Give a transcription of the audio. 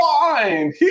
fine